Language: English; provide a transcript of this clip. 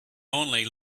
only